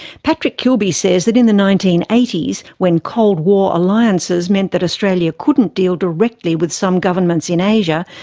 patrick kilby says that in the nineteen eighty s, when cold war alliances meant that australia couldn't deal directly with some governments in asia,